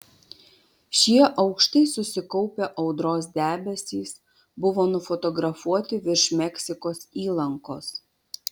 šie aukštai susikaupę audros debesys buvo nufotografuoti virš meksikos įlankos